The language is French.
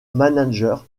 manager